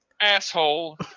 asshole